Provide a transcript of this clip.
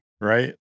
right